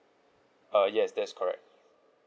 uh yes that's correct